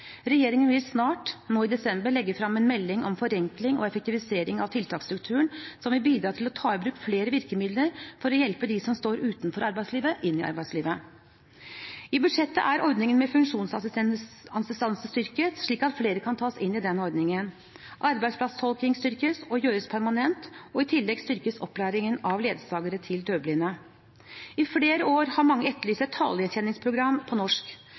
Regjeringen vil snart, nå i desember, legge frem en melding om forenkling og effektivisering av tiltaksstrukturen som vil bidra til å ta i bruk flere virkemidler for å hjelpe dem som står utenfor arbeidslivet, inn i arbeidslivet. I budsjettet er ordningen med funksjonsassistanse styrket, slik at flere kan tas inn i den ordningen. Arbeidsplasstolking styrkes og gjøres permanent, og i tillegg styrkes opplæringen av ledsagere til døvblinde. I flere år har mange etterlyst et talegjenkjenningsprogram på norsk.